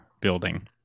building